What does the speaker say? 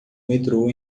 metrô